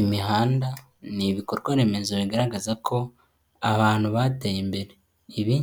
Imihanda ni ibikorwaremezo bigaragaza ko abantu bateye imbere. Ibi